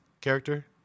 character